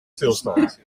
stilstand